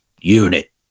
unit